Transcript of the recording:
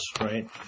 right